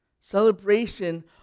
Celebration